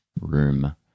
room